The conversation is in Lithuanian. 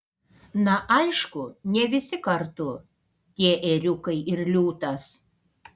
na aišku ne visi kartu tie ėriukai ir liūtas